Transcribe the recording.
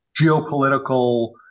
geopolitical